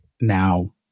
now